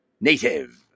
Native